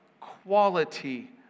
quality